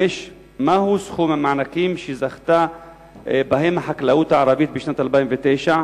5. מהו סכום המענקים שזכתה בהם החקלאות הערבית בשנת 2009,